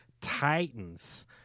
Titans